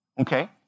Okay